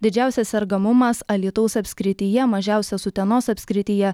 didžiausias sergamumas alytaus apskrityje mažiausias utenos apskrityje